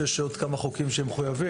יש עוד כמה חוקים מחויבים.